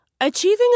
Achieving